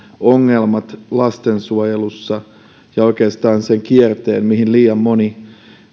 ongelmat lastensuojelussa ja oikeastaan se kierre mihin liian moni